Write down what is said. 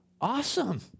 awesome